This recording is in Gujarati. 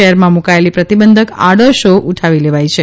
શહેરમાં મૂકાયેલી પ્રતિબંધક આડશો ઉઠાવી લેવાઈ છે